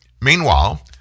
Meanwhile